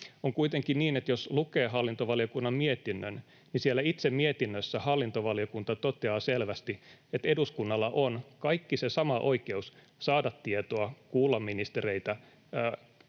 On kuitenkin niin, että jos lukee hallintovaliokunnan mietinnön, niin siellä itse mietinnössä hallintovaliokunta toteaa selvästi, että eduskunnalla on kaikki se sama oikeus saada tietoa, kuulla ministereitä,